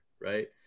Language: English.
right